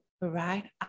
right